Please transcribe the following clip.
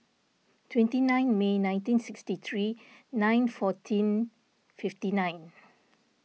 twenty nine May nineteen sixty three nine fourteen fifty nine